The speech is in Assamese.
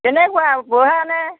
কেনেকুৱা বুঢ়া নে